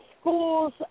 schools